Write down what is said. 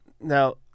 Now